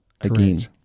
again